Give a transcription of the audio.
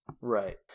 right